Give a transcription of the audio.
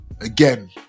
again